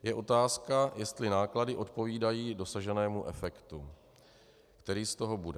Je otázka, jestli náklady odpovídají dosaženému efektu, který z toho bude.